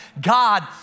God